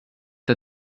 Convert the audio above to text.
der